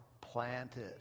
planted